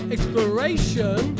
Exploration